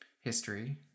history